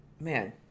man